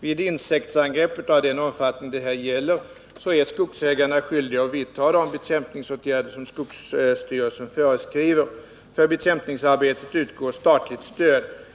Vid insektsangrepp av den omfattning det här gäller är skogsägarna skyldiga att vidta de bekämpningsåtgärder som skogsstyrelsen föreskriver. För bekämpningsarbetet utgår statligt stöd.